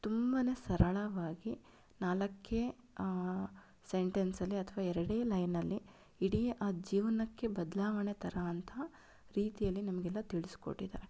ತುಂಬನೇ ಸರಳವಾಗಿ ನಾಲ್ಕೇ ಸೆಂಟೆನ್ಸ್ಅಲ್ಲಿ ಅಥವಾ ಎರಡೇ ಲೈನ್ನಲ್ಲಿ ಇಡೀ ಆ ಜೀವನಕ್ಕೆ ಬದಲಾವಣೆ ತರೋಂಥ ರೀತಿಯಲ್ಲಿ ನಮಗೆಲ್ಲ ತಿಳಿಸ್ಕೊಟ್ಟಿದ್ದಾರೆ